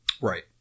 Right